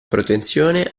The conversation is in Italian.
protezione